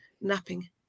napping